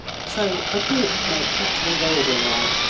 so i brought my pet revolver along,